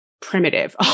primitive